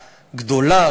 גדולה,